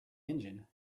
engine